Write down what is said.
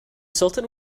sultan